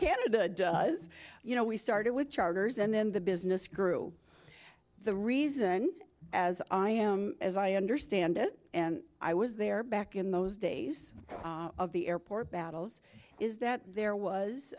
canada does you know we started with charters and then the business grew the reason as i am as i understand it and i was there back in those days of the airport battles is that there was